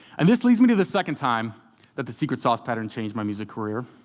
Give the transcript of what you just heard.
and this leads me to the second time that the secret sauce pattern changed my music career.